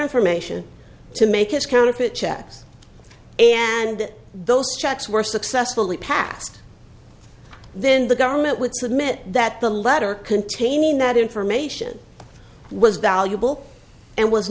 information to make his counterfeit checks and those checks were successfully passed then the government would submit that the letter containing that information was valuable and was